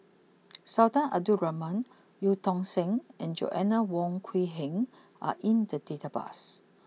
Sultan Abdul Rahman Eu Tong Sen and Joanna Wong Quee Heng are in the database